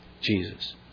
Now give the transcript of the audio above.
Jesus